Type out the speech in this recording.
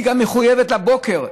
היא גם מחויבת לבוקר.